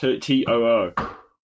T-O-O